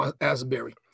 Asbury